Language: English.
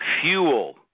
fuel